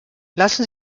lassen